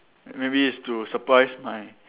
maybe is to surprise my